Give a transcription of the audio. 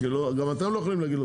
כי גם אתם לא יכולים להגיד את הסיבה.